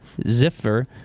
Ziffer